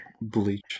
bleach